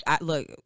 look